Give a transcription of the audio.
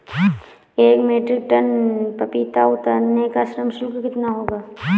एक metric ton पपीता उतारने का श्रम शुल्क कितना होगा?